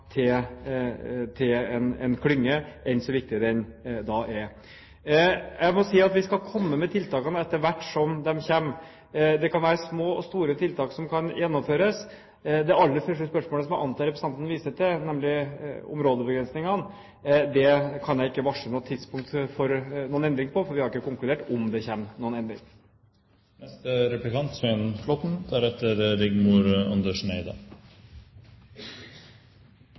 direkte støtteordninger til en klynge, enn så viktig den er. Jeg må si at vi skal komme med tiltakene etter hvert som de kommer. Det kan være små og store tiltak som kan gjennomføres. Til det aller største spørsmålet som jeg antar representanten viste til, nemlig områdebegrensningene, kan jeg ikke varsle noe tidspunkt for en endring, for vi har ikke konkludert om det kommer noen